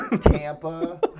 Tampa